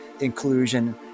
inclusion